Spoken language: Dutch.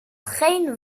geen